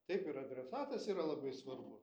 taip ir adresatas yra labai svarbu